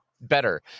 better